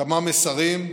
כמה מסרים,